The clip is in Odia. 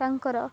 ତାଙ୍କର